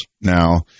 now